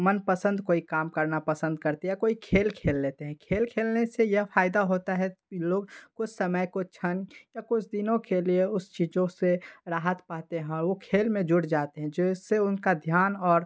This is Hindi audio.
मनपसंद कोई काम करना पसंद करते या कोई खेल खेल लेतें हैं खेल खेलने से यह फ़ायदा होता है कि लोग कुछ समय कुछ क्षण या कुछ दिनों के लिए उन चीज़ों से राहत पाते हैं वो खेल में जुड़ जातें हैं जो इससे उनका ध्यान और